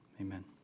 amen